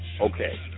Okay